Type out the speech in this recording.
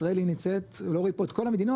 ישראל היא נמצאת לא רואים פה את כל המדינות,